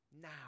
now